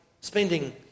spending